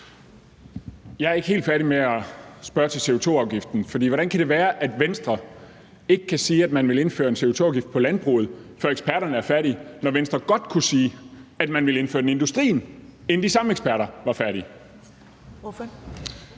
Jeg er ikke helt færdig med at spørge om CO2-afgiften, for hvordan kan det være, at Venstre ikke kan sige, at man vil indføre en CO2-afgift på landbruget, før eksperterne er færdige, når Venstre godt kunne sige, at man ville indføre den i industrien, inden de samme eksperter var færdige?